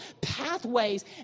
pathways